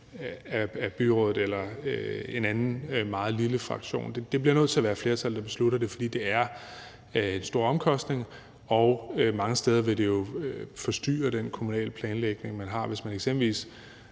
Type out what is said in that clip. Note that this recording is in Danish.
af byrådet eller en anden meget lille fraktion. Det bliver nødt til at være flertallet, der beslutter det, for det er en stor omkostning, og mange steder vil det jo forstyrre den kommunale planlægning, man har foretaget. Hvis man eksempelvis